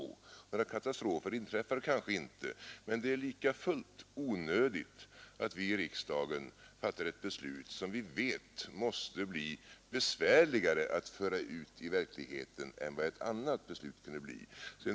Några katastrofer inträffar kanske inte. Men det är lika fullt onödigt att vi i riksdagen fattar ett beslut som vi vet måste bli besvärligare att föra ut i verkligheten än vad ett annat beslut kan bli.